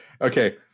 okay